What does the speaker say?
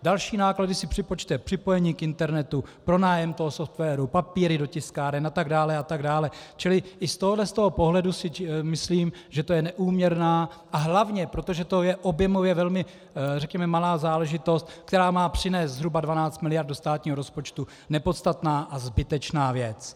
Další náklady si připočte připojení k internetu, pronájem softwaru, papíry do tiskáren atd. atd., čili i z tohoto pohledu si myslím, že to je neúměrná a hlavně, protože to je objemově velmi řekněme malá záležitost, která má přinést zhruba 12 mld. do státního rozpočtu, nepodstatná a zbytečná věc.